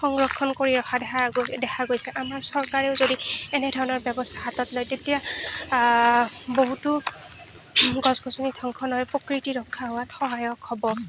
সংৰক্ষণ কৰি ৰখা দে দেখা গৈছে আমাৰ চৰকাৰেও যদি এনেকুৱা ব্যৱস্থা হাতত লয় তেতিয়া বহুতো গছ গছনি ধ্বংস নহৈ প্ৰকৃতি ৰক্ষা হোৱাত সহায়ক হ'ব